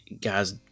guys